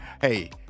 Hey